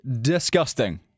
disgusting